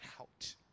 out